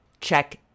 check